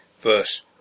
verse